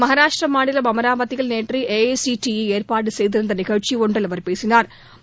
மகாராஷ்டிரா மாநிலம் அமராவதியில் நேற்று A I C T E ஏற்பாடு செய்திருந்த நிகழ்ச்சி ஒன்றில் அவர் பேசினாா்